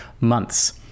months